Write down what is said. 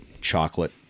chocolate